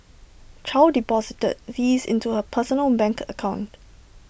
chow deposited these into her personal bank account